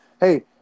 Hey